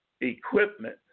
equipment